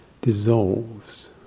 dissolves